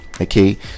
okay